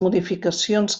modificacions